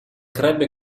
crebbe